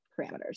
parameters